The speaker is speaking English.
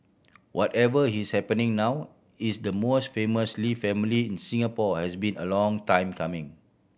whatever is happening now is the most famous Lee family in Singapore has been a long time coming